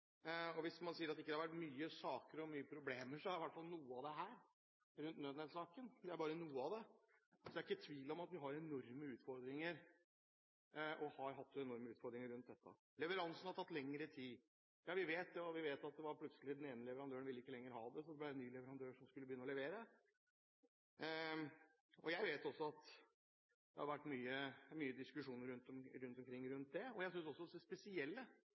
noe. Hvis man sier at det ikke har vært mye saker og mye problemer rundt nødnettsaken, ser man i hvert fall noe av det her. Det er ikke tvil om at vi har og har hatt enorme utfordringer rundt dette. Leveransene har tatt lengre tid. Det vet vi, og vi vet at plutselig ville den ene leverandøren ikke ha det lenger, og derfor ble det en ny som skulle begynne å levere. Jeg vet også at det har vært mye diskusjon rundt det. Jeg synes også det spesielle i hele denne saken er